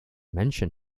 mention